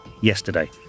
yesterday